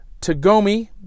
Tagomi